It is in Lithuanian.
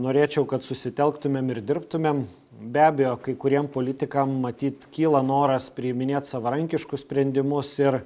norėčiau kad susitelktumėm ir dirbtumėm be abejo kai kuriem politikam matyt kyla noras priiminėt savarankiškus sprendimus ir